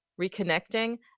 reconnecting